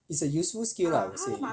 it's a useful skill I would say